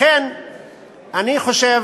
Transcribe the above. לכן אני חושב,